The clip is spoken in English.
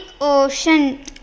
Ocean